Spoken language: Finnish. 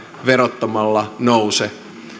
verottamalla nouse